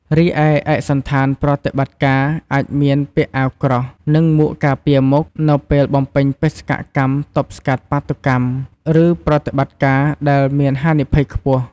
រីឯឯកសណ្ឋានប្រតិបត្តិការ អាចមានពាក់អាវក្រោះ និងមួកការពារមុខ នៅពេលបំពេញបេសកកម្មទប់ស្កាត់បាតុកម្ម ឬប្រតិបត្តិការដែលមានហានិភ័យខ្ពស់។